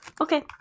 Okay